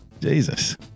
Jesus